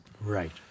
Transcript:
Right